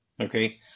Okay